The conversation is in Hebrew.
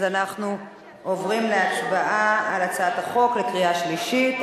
אנחנו עוברים להצבעה על הצעת החוק בקריאה שלישית.